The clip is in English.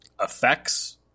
effects